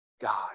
God